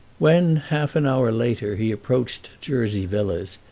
when, half an hour later, he approached jersey villas,